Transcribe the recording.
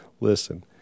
listen